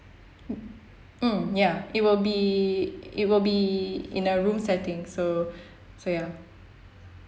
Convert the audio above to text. mm ya it will be it will be in a room setting so so ya